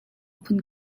phun